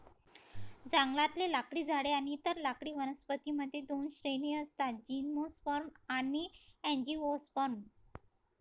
जंगलातले लाकडी झाडे आणि इतर लाकडी वनस्पतीं मध्ये दोन श्रेणी असतातः जिम्नोस्पर्म आणि अँजिओस्पर्म